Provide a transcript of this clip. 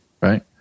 right